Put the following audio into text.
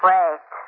Wait